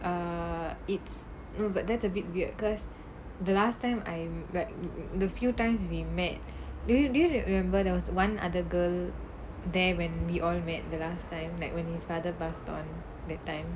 err it's no but that's a bit weird because the last time I'm like the few times we met do you do you re~ remember there was one other girl there when we all met the last time like when his father passed on that time